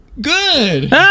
good